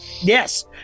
Yes